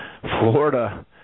Florida